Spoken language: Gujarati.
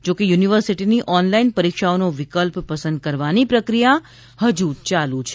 જોકે યુનિવર્સિટીની ઓનલાઈન પરીક્ષાઓનો વિકલ્પ પસંદ કરવાની પ્રક્રિયા હજુ ચાલુ છે